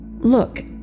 look